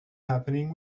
happening